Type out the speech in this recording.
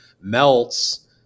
Melts